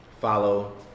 Follow